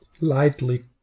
Lightly